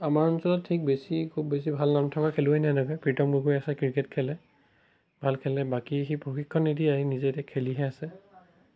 আমাৰ অঞ্চলত ঠিক বেছি খুব বেছি ভাল নাম থকা খেলুৱৈ প্ৰীতম গগৈ আছে ক্ৰিকেট খেলে ভাল খেলে বাকী সি প্ৰশিক্ষণ নিদিয়ে সি নিজে এতিয়া খেলিহে আছে